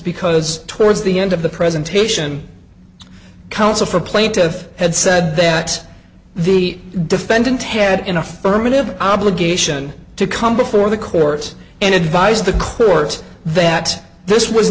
because towards the end of the presentation counsel for plaintiff had said that the defendant had an affirmative obligation to come before the court and advise the court that this was